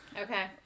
okay